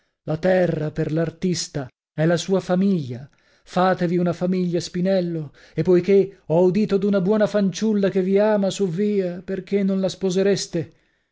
la terra per l'artista è la sua famiglia fatevi una famiglia spinello e poichè ho udito d'una buona fanciulla che vi ama suvvia perchè non la sposereste